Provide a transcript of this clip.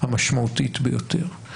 המשמעותית ביותר.